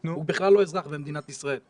הוא בכלל לא אזרח במדינת ישראל.